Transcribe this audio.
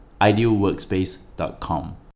idealworkspace.com